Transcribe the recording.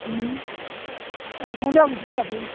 ଉଁ ଏ ସନ୍ଧ୍ୟାବେଳକୁ ଯିବା କେ